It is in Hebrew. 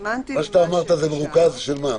מה שאתה זה מרוכז של מה?